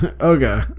okay